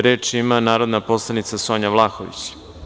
Reč ima narodna poslanica Sonja Vlahović.